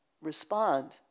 respond